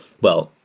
well,